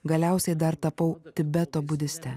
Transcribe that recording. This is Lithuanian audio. galiausiai dar tapau tibeto budiste